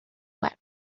wept